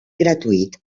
gratuït